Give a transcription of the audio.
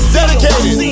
dedicated